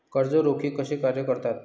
कर्ज रोखे कसे कार्य करतात?